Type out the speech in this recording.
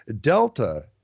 Delta